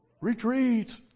retreat